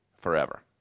forever